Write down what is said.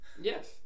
Yes